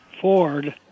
Ford